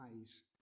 eyes